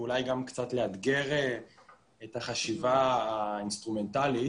ואולי גם קצת לאתגר את החשיבה האינסטרומנטלית.